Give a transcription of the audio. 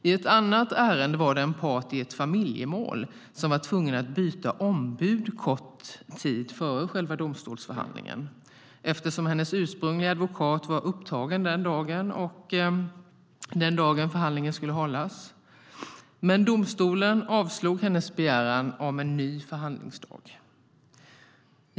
I ett annat ärende var det en part i ett familjemål som var tvungen att byta ombud kort tid före själva domstolsförhandlingen eftersom hennes ursprungliga advokat var upptagen den dag förhandlingen skulle hållas. Domstolen avslog hennes begäran om en ny förhandlingsdag.